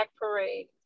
parade